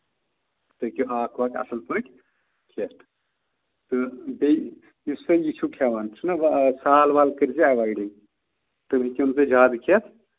تُہۍ ہیٚکِو ہاکھ وَاکھ اَصٕل پٲٹھۍ کھٮ۪تھ تہٕ بیٚیہِ یُس تُہۍ یہِ چھُو کھٮ۪وان چھُنہ سال وال کٔرۍزِ اٮ۪وایڈٕے تُہۍ ہیٚکِو نہٕ سُہ زیادٕ کھٮ۪تھ